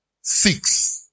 Six